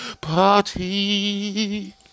Party